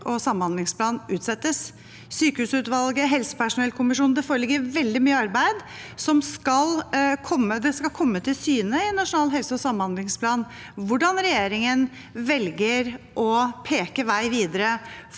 utsettes. Sykehusutvalget, helsepersonellkommisjonen – det foreligger veldig mye arbeid som skal komme. Det skal komme til syne i Nasjonal helse- og samhandlingsplan hvordan regjeringen velger å peke vei videre